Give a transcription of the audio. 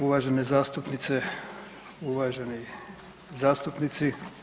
Uvažene zastupnice, uvaženi zastupnici.